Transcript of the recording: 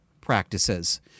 practices